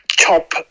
top